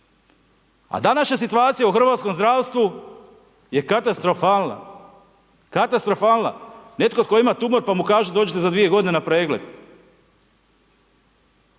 A današnja situacija u hrvatskom zdravstvu je katastrofalna. Katastrofalna. Netko tko ima tumor, pa mu kažu dođite za 2 godine na pregled.